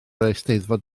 eisteddfod